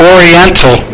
Oriental